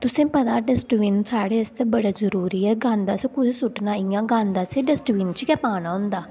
तुसें ई पता डस्टबिन साढ़े ते बड़ा जरूरी ऐ गंद असें कुत्थै सु'ट्टना ते इं'या गंद असें डस्टबिन च गै पाना होंदा